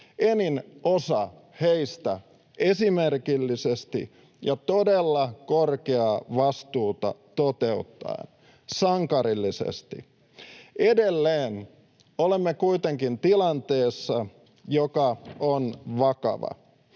enin osa heistä esimerkillisesti ja todella korkeaa vastuuta toteuttaen, sankarillisesti. Edelleen olemme kuitenkin tilanteessa, joka on vakava.